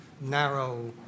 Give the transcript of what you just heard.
narrow